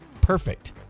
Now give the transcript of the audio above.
perfect